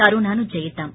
కరోనాను జయిద్దాం